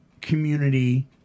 community